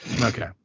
Okay